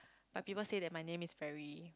but people say that my name is very